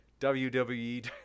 WWE